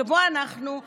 שבו אנחנו מדברים,